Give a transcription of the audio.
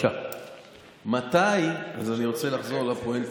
אז אני רוצה לחזור לפואנטה.